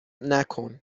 نکن